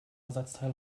ersatzteil